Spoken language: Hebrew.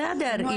בסדר.